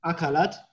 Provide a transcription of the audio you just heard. Akalat